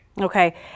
Okay